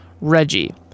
Reggie